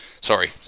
sorry